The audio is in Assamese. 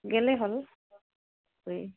গ'লে হ'ল এ